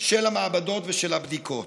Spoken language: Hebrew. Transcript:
של המעבדות ושל הבדיקות.